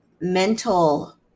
mental